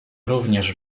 również